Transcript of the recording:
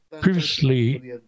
previously